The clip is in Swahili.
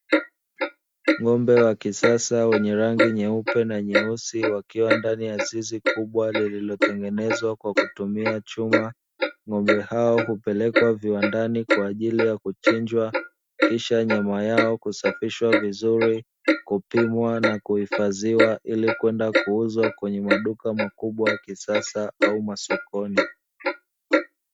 Ng'ombe wa kisasa wenye rangi nyeupe na nyeusi wakiwa ndani ya zizi kubwa lililotengenezwa kwa kutumia chuma. Ng'ombe hao hupelekwa viwandani kwa ajili ya kuchinjwa kisha nyama yao kusafishwa vizuri, kupimwa na kuhifadhiwa ili kwenda kuuzwa kwenye maduka ya kisasa au sokoni.